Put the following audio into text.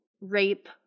rape